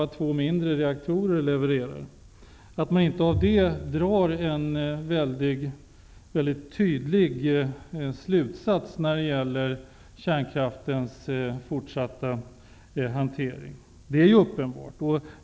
Jag har svårt att förstå att man inte av detta kan dra en mycket tydlig slutsats beträffande kärnkraftens fortsatta hantering.